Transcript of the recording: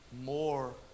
more